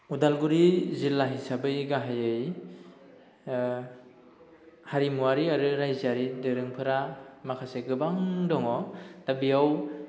उदालगुरि जिल्ला हिसाबै गाहायै हारिमुआरि आरो रायजोआरि दोरोंफोरा माखासे गोबां दङ दा बेयाव